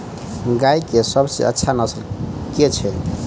गाय केँ सबसँ अच्छा नस्ल केँ छैय?